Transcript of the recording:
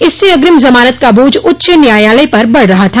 इससे अग्रिम जमानत का बोझ उच्च न्यायालय पर बढ़ रहा था